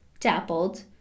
dappled